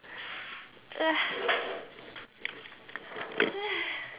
ah